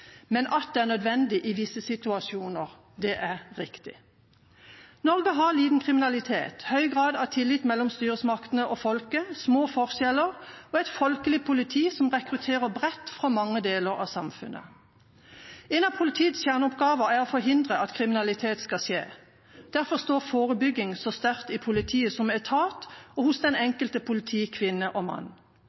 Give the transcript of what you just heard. men at det er nødvendig i visse situasjoner, er riktig. Norge har liten kriminalitet, høy grad av tillit mellom styresmaktene og folket, små forskjeller og et folkelig politi, som rekrutterer bredt fra mange deler av samfunnet. En av politiets kjerneoppgaver er å forhindre at kriminalitet skal skje. Derfor står forebygging så sterkt i politiet som etat og hos den enkelte politikvinne og